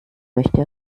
möchte